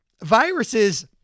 Viruses